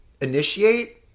initiate